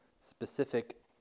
specific